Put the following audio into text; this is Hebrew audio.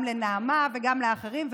גם לנעמה וגם לאחרים.